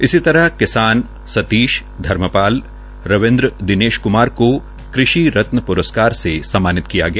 इसी तरह किसान सतीश धर्मपाल रविन्द्र दिनेश कुमार को कृषि रतन प्रस्कार से सम्मानित किया गया